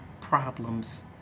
problems